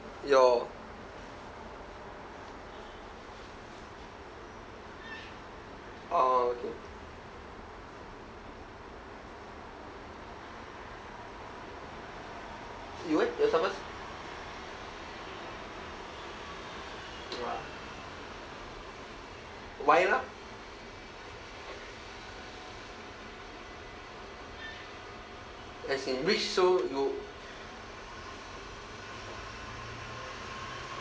your orh okay you your why lah as in rich so you